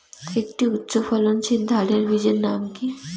একটি উচ্চ ফলনশীল ধানের বীজের নাম কী?